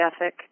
ethic